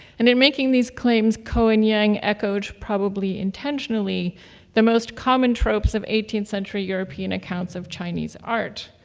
and in making these claims, ko and yang echoed probably intentionally the most common tropes of eighteenth century european accounts of chinese art.